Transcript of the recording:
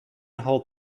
hall